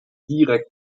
direkt